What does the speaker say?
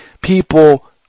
people